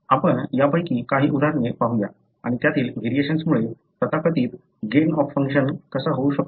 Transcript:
आपण यापैकी काही उदाहरणे पाहूया आणि त्यातील व्हेरिएशन्समुळे तथाकथित गेन ऑफ फंक्शन कसा होऊ शकतो